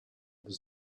was